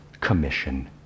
commission